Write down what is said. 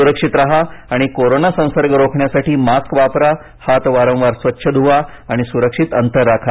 सुरक्षित राहा आणि कोरोना संसर्ग रोखण्यासाठी मास्क वापरा हात वारंवार स्वच्छ धुवा आणि सुरक्षित अंतर राखा